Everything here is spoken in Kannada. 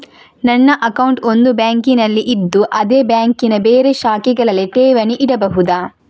ನನ್ನ ಅಕೌಂಟ್ ಒಂದು ಬ್ಯಾಂಕಿನಲ್ಲಿ ಇದ್ದು ಅದೇ ಬ್ಯಾಂಕಿನ ಬೇರೆ ಶಾಖೆಗಳಲ್ಲಿ ಠೇವಣಿ ಇಡಬಹುದಾ?